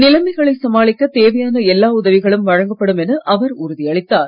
நிலைமைகளை சமாளிக்க தேவையான எல்லா உதவிகளும் வழங்கப்படும் என அவர் உறுதி அளித்தார்